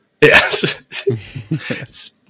Yes